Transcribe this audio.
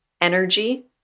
energy